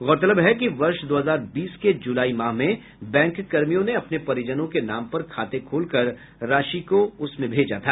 गौरतलब है कि वर्ष दो हजार बीस के जुलाई माह में बैंककर्मियों ने अपने परिजनों के नाम पर खाते खोलकर राशि को उसमें भेजा था